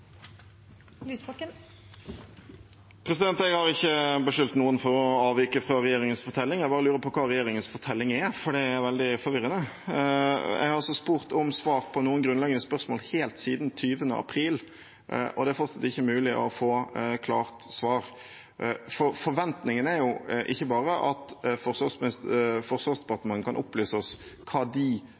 Lysbakken har hatt ordet to ganger tidligere og får ordet til en kort merknad, begrenset til 1 minutt. Jeg har ikke beskyldt noen for å avvike fra regjeringens fortelling. Jeg bare lurer på hva regjeringens fortelling er, for det er veldig forvirrende. Jeg har også spurt om svar på noen grunnleggende spørsmål helt siden 20. april, og det er fortsatt ikke mulig å få klart svar. Forventningene er ikke bare at Forsvarsdepartementet kan opplyse